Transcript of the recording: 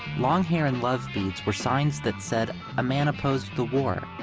long hair and love beads were signs that said a man opposed the war,